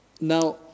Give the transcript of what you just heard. now